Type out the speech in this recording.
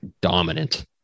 dominant